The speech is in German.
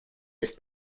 ist